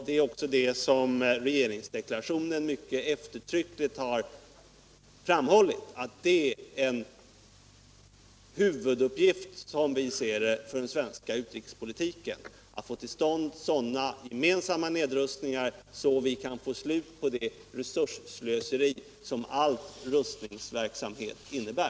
Det är det som regeringsdeklarationen mycket eftertryckligt har framhållit — att det är en huvuduppgift för den svenska utrikespolitiken att få till stånd sådana gemensamma nedrustningar att vi kan få ett slut på det resursslöseri som all rustningsverksamhet innebär.